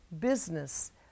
business